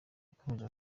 yakomeje